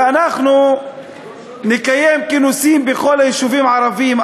ואנחנו נקיים כינוסים בכל היישובים הערביים,